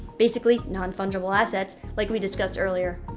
basically non-fungible assets like we discussed earlier.